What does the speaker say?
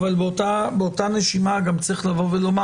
אבל באותה נשימה גם צריך לבוא ולומר